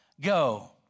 Go